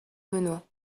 benoît